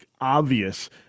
obvious